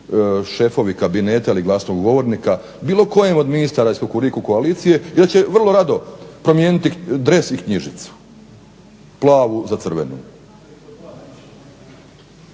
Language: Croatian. šefovi kabineta ili glasnogovornika bilo kojem od ministara iz Kukuriku koalicije i da će vrlo rado promijeniti dres i knjižicu, plavu za crvenu.